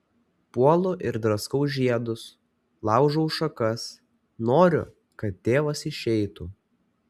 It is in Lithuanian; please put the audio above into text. puolu ir draskau žiedus laužau šakas noriu kad tėvas išeitų